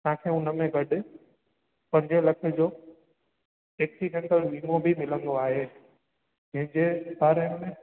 तव्हांखे उनमें गॾु पंजे लख जो एक्सीडेंटल जो वीमो बि मिलंदो आहे जंहिंजे बारे में